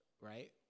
right